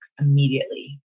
immediately